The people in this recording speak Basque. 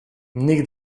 nik